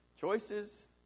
Choices